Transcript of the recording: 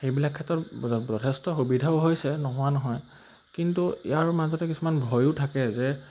সেইবিলাক ক্ষেত্ৰত যথেষ্ট সুবিধাও হৈছে নোহোৱা নহয় কিন্তু ইয়াৰ মাজতে কিছুমান ভয়ো থাকে যে